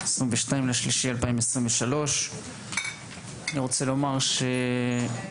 22 במרץ 2023. אני רוצה לומר שאני